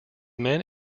men